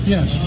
Yes